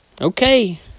okay